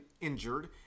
injured